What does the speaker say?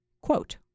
quote